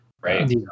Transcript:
Right